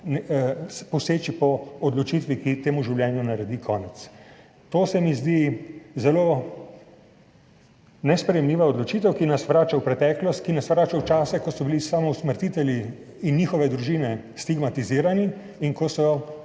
poseči po odločitvi, ki temu življenju naredi konec. To se mi zdi zelo nesprejemljiva odločitev, ki nas vrača v preteklost, ki nas vrača v čase, ko so bili samousmrtitelji in njihove družine stigmatizirani in ko so